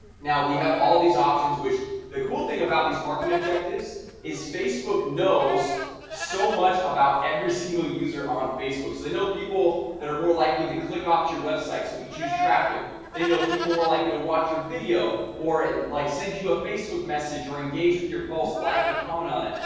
now we have all these options which the cool thing about. these market objectives is facebook knows so much about every single you on facebook, so they know people that are more likely to click off to your website so if you choose traffic they know people were like you to watch your video or and like send you a facebook message or engage with your pulse like or comment on it?